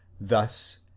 thus